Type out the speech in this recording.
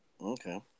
okay